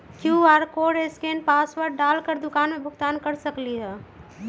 QR code scan password डाल कर दुकान में भुगतान कर सकलीहल?